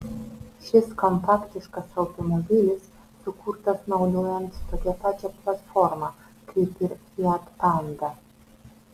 šis kompaktiškas automobilis sukurtas naudojant tokią pačią platformą kaip ir fiat panda